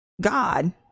God